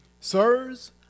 Sirs